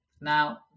Now